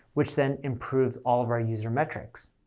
which then improve all of our user metrics.